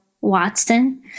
Watson